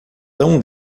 tão